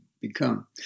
become